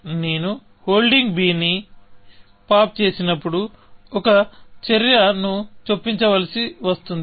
నేను holding b ని pop చేసినప్పుడు ఒక చర్యను చొప్పించవలసి వస్తుంది